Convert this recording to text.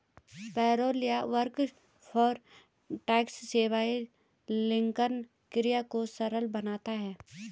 payroll या workforce tax सेवाएं लेखांकन प्रक्रिया को सरल बनाता है